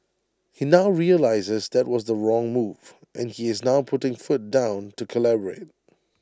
he now realises that was the wrong move and he is now putting foot down to collaborate